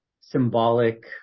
symbolic